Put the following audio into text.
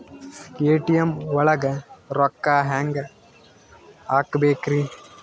ATM ಒಳಗ್ ರೊಕ್ಕ ಹೆಂಗ್ ಹ್ಹಾಕ್ಬೇಕ್ರಿ?